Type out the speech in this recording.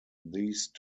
these